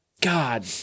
God